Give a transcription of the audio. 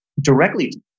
directly